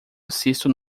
assisto